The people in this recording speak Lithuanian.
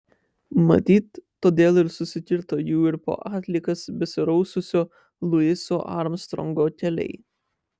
matyt todėl ir susikirto jų ir po atliekas besiraususio luiso armstrongo keliai